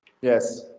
yes